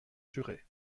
juré